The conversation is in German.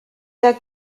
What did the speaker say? der